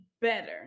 better